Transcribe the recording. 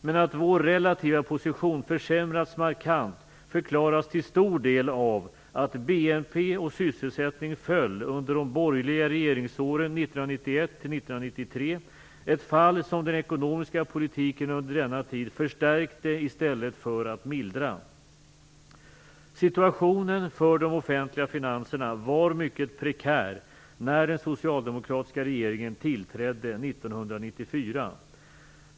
Men att vår relativa position försämrats markant förklaras till stor del av att BNP och sysselsättning föll under de borgerliga regeringsåren 1991-1993, ett fall som den ekonomiska politiken under denna tid förstärkte i stället för att mildra. Situationen för de offentliga finanserna var mycket prekär när den socialdemokratiska regeringen tillträdde 1994.